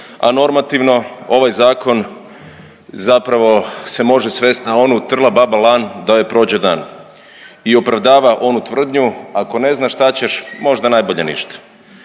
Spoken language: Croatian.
a normativno ovaj zakon zapravo se može svest na onu trla baba lan da joj prođe dan i opravdava onu tvrdnju ako ne znaš šta ćeš, možda najbolje ništa.